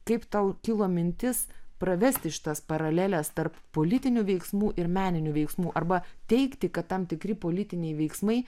kaip tau kilo mintis pravesti šitas paraleles tarp politinių veiksmų ir meninių veiksmų arba teigti kad tam tikri politiniai veiksmai